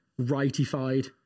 rightified